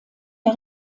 der